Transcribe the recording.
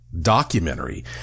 documentary